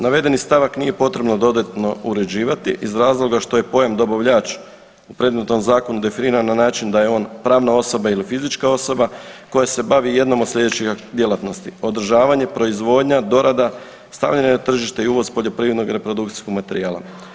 Navedeni stavak nije potrebno dodatno uređivati iz razloga što je pojam dobavljač u predmetnom zakonu definiran na način da je on pravna osoba ili fizička osoba koja se bavi jednom od slijedećih djelatnosti, održavanje, proizvodnja, dorada, stavljanje na tržište i uvoz poljoprivrednog reprodukcijskog materijala.